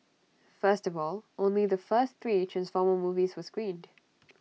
first of all only the first three transformer movies were screened